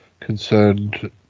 concerned